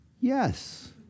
Yes